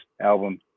album